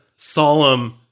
Solemn